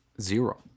Zero